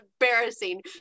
embarrassing